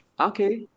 Okay